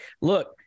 look